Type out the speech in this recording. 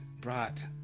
brought